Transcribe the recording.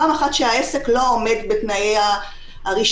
פעם אחת שהעסק לא עומד בתנאי הרישיון,